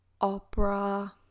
Opera